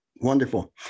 Wonderful